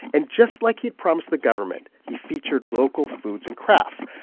and just like he'd promised the government, he featured local foods and crafts.